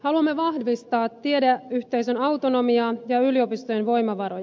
haluamme vahvistaa tiedeyhteisön autonomiaa ja yliopistojen voimavaroja